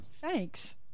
thanks